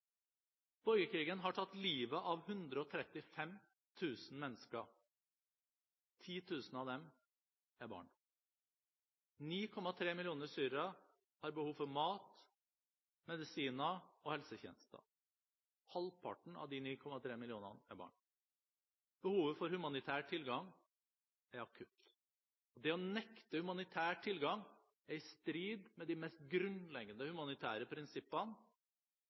Borgerkrigen har tatt livet av 135 000 mennesker. 10 000 av dem er barn. 9,3 millioner syrere har behov for mat, medisiner og helsetjenester. Halvparten av de 9,3 millionene er barn. Behovet for humanitær tilgang er akutt. Det å nekte humanitær tilgang er i strid med de mest grunnleggende humanitære prinsippene,